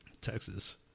Texas